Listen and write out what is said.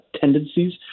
tendencies